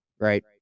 right